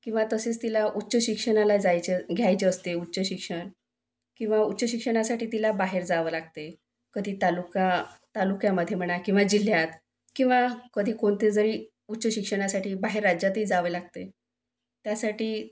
किंवा तसेच तिला उच्च शिक्षणाला जायचं घ्यायचे असते उच्च शिक्षण किंवा उच्च शिक्षणासाठी तिला बाहेर जावं लागते कधी तालुका तालुक्यामध्ये म्हणा किंवा जिल्ह्यात किंवा कधी कोणते जरी उच्च शिक्षणासाठी बाहेर राज्यातही जावं लागते त्यासाठी